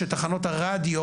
שתחנות הרדיו